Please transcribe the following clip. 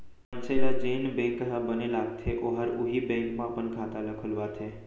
मनसे ल जेन बेंक ह बने लागथे ओहर उहीं बेंक म अपन खाता ल खोलवाथे